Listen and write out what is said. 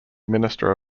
minister